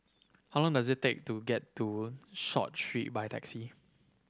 how long does it take to get to Short Street by taxi